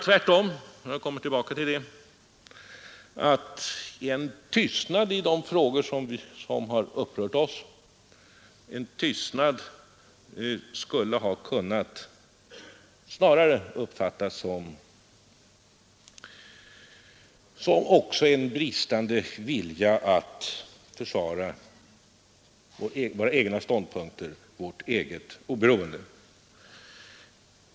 Tvärtom anser jag — jag kommer tillbaka till detta — att en tystnad i de frågor som har upprört oss skulle snarare ha kunnat uppfattas som uttryck för en bristande vilja att försvara våra egna ståndpunkter, vårt eget oberoende.